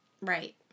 Right